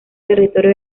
territorio